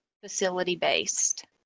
facility-based